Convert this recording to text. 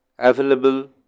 Available